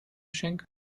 geschenk